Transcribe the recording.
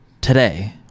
Today